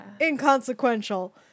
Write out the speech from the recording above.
inconsequential